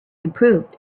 improved